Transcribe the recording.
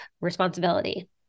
responsibility